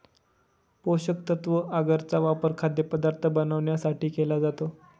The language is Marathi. पोषकतत्व आगर चा वापर खाद्यपदार्थ बनवण्यासाठी केला जातो